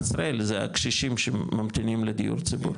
ישראל זה הקשישים שממתינים לדיור ציבורי.